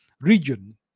region